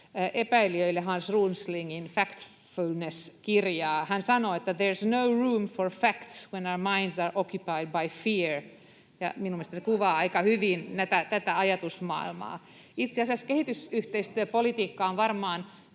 epäilijöille Hans Roslingin Factfulness-kirjaa. Hän sanoo: ”There’s no room for facts when our minds are occupied by fear.” Minun mielestäni se kuvaa aika hyvin tätä ajatusmaailmaa. [Välihuutoja perussuomalaisten